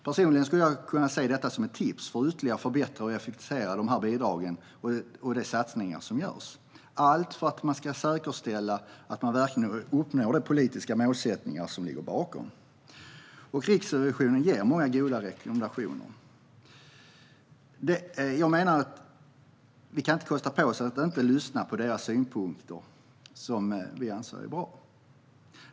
Personligen skulle jag se detta som tips för att ytterligare förbättra och effektivisera dessa bidrag och de satsningar som görs, allt för att säkerställa att man verkligen uppnår de politiska målsättningarna som ligger bakom. Riksrevisionen ger många goda rekommendationer, och jag menar att vi inte kan kosta på oss att inte lyssna på deras synpunkter och rekommendationer, som vi anser är bra.